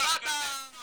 זה לא יעבור.